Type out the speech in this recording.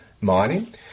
mining